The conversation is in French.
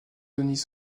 denis